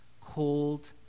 cold